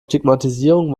stigmatisierung